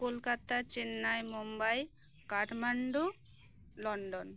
Kolkata Chennai Mumbai Kathmandu London